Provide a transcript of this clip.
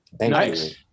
Nice